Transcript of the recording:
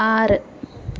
ആറ്